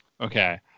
okay